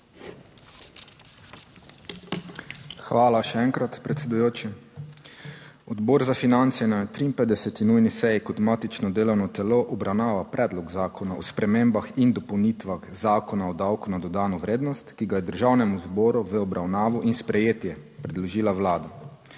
Hvala še enkrat, predsedujoči. Odbor za finance je na 53. nujni seji kot matično delovno telo obravnaval Predlog zakona o spremembah in dopolnitvah Zakona o davku na dodano vrednost, ki ga je Državnemu zboru v obravnavo in sprejetje predložila Vlada.